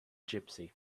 gipsy